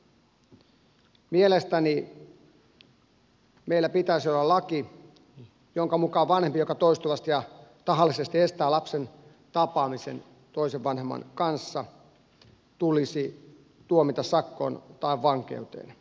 mielestäni meillä pitäisi olla laki jonka mukaan vanhempi joka toistuvasti ja tahallisesti estää lapsen tapaamisen toisen vanhemman kanssa tulisi tuomita sakkoon tai vankeuteen